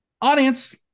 Audience